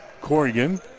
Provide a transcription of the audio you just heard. Corrigan